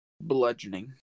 bludgeoning